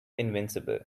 invincible